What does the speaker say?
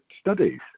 studies